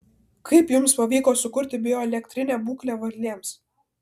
kaip jums pavyko sukurti bioelektrinę būklę varlėms